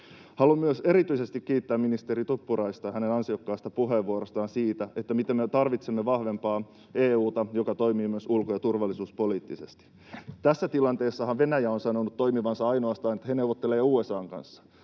Haluan myös erityisesti kiittää ministeri Tuppuraista hänen ansiokkaasta puheenvuorostaan siitä, miten me tarvitsemme vahvempaa EU:ta, joka toimii myös ulko- ja turvallisuuspoliittisesti. Tässä tilanteessahan Venäjä on sanonut toimivansa ainoastaan siten, että he neuvottelevat USA:n kanssa.